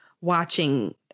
watching